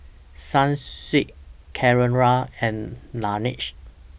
Sunsweet Carrera and Laneige